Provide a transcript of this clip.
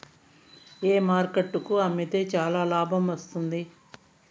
ఏ market కు అమ్మితే చానా లాభం వస్తుంది?